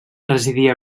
residir